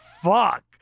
fuck